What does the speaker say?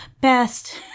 best